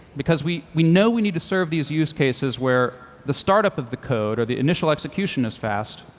because we we know we need to serve these use cases where the startup of the code, or the initial execution is fast,